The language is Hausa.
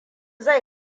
zai